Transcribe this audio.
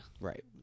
Right